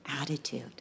attitude